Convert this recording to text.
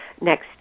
next